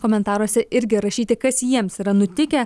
komentaruose irgi rašyti kas jiems yra nutikę